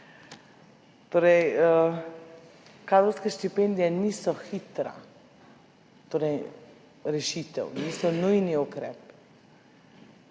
Kadrovske štipendije niso hitra rešitev, niso nujni ukrep.